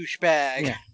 douchebag